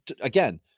again